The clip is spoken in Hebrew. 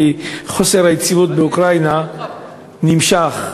כי חוסר היציבות באוקראינה נמשך.